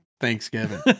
Thanksgiving